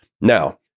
Now